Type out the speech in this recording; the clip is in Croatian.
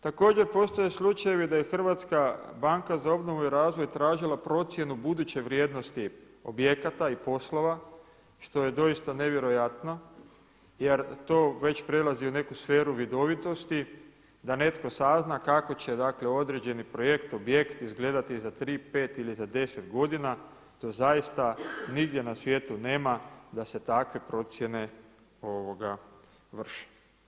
Također postoje slučajevi da je Hrvatska banka za obnovu i razvoj tražila procjenu buduće vrijednosti objekata i poslova što je doista nevjerojatno jer to već prelazi u neku sferu vidovitosti da netko sazna kako će, dakle određeni projekt, objekt izgledati za tri, pet ili za deset godina što zaista nigdje na svijetu nema da se takve procjene vrše.